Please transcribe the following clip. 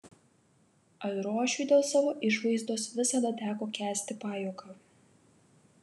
airošiui dėl savo išvaizdos visada teko kęsti pajuoką